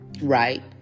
Right